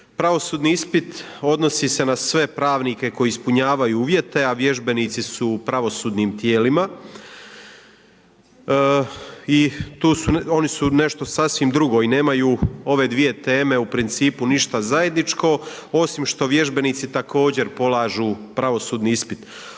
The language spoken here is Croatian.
Pravosudni ispit odnosi se na sve pravnike koji ispunjavaju uvjete, a vježbenici su u pravosudnim tijelima i oni su nešto sasvim drugo i nemaju ove dvije teme u principu ništa zajedničko, osim što vježbenici također polažu pravosudni ispit.